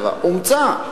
אומצה.